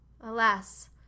Alas